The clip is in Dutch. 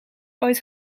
ooit